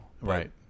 Right